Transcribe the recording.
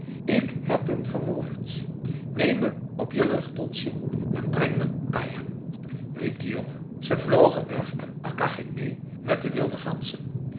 ik heb hem vermoord neem me op je rug donsje en breng me bij hem riep de jongen ze vlogen weg en akka ging meê met de wilde ganzen